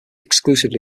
exclusively